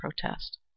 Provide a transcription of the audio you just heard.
protest